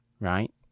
right